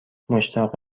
مشتاق